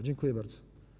Dziękuję bardzo.